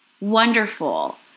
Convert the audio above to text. wonderful